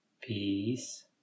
Peace